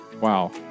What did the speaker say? Wow